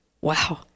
Wow